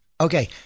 Okay